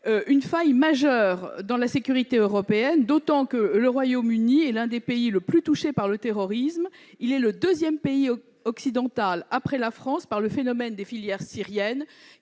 est ainsi créée dans la sécurité européenne, d'autant que le Royaume-Uni est l'un des pays les plus touchés par le terrorisme. Il est le deuxième pays occidental, après la France, s'agissant du phénomène des filières syriennes,